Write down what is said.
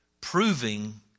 proving